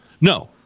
No